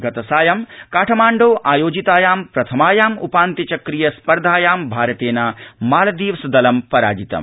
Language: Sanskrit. गतसायं काठामाण्डौ आयोजितायां प्रथमायाम् उपान्त्य चक्रीय स्पर्धायां भारतेन मालदीव्स दलं पराजितम्